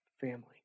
family